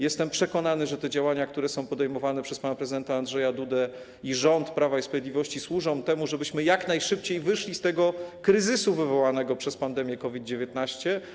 Jestem przekonany, że te działania, które są podejmowane przez pana prezydenta Andrzeja Dudę i rząd Prawa i Sprawiedliwości, służą temu, żebyśmy jak najszybciej wyszli z kryzysu wywołanego przez pandemię COVID-19.